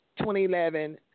2011